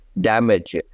damage